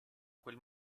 quel